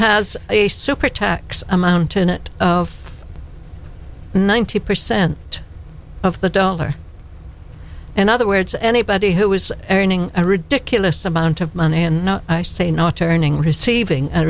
tax a mountain it of ninety percent of the donor in other words anybody who was earning a ridiculous amount of money in say not earning receiving a